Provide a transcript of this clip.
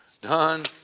done